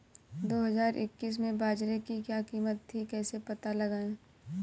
दो हज़ार इक्कीस में बाजरे की क्या कीमत थी कैसे पता लगाएँ?